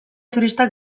turistak